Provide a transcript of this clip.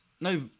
No